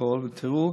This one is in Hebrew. הפרוטוקול ותראו